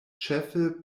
ĉefe